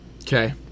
Okay